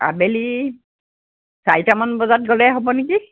আবেলি চাৰিটামান বজাত গ'লে হ'ব নেকি